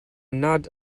nad